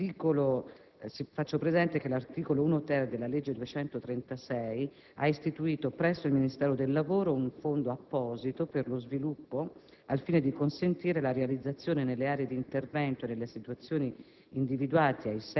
l'articolo 1-*ter* della legge n. 236 del 1993 ha istituito presso il Ministero del lavoro un fondo apposito per lo sviluppo al fine di consentire la realizzazione, nelle aree di intervento e nelle situazioni